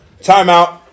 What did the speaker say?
timeout